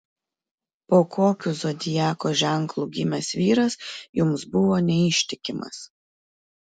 po kokiu zodiako ženklu gimęs vyras jums buvo neištikimas